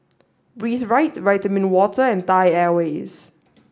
breathe Right Vitamin Water and Thai Airways